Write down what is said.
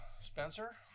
Spencer